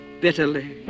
bitterly